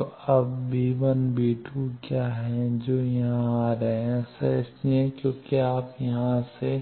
तो अब क्या है जो यहाँ आ रहा है ऐसा इसलिए है क्योंकि आप यहाँ से